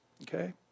Okay